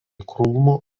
krūmų